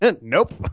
Nope